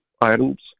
items